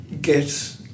get